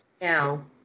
Now